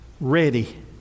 ready